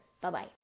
Bye-bye